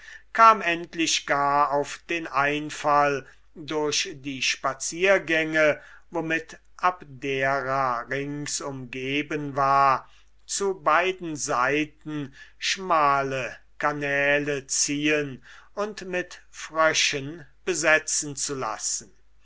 kam endlich gar auf den einfall durch die alleen womit abdera ringsumgeben war zu beiden seiten schmale canäle ziehen und mit fröschen besetzen zu lassen